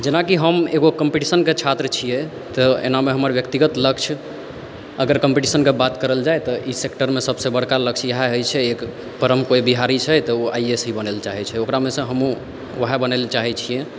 जेनाकि हम एगो कम्पटीशनके छात्र छिए तऽ एनामे हमर व्यक्तिगत लक्ष्य अगर कम्पटीशनके बात करल जाइ तऽ ई सेक्टरमे सबसँ बड़का लक्ष्य इएह रहै छै एक परम कोइ बिहारी छै तऽ ओ आइ ए एस ही बनैलए चाहै छिए ओकरामेसँ हमहूँ वएह बनैलए चाहै छिए